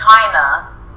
China